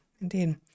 Indeed